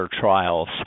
trials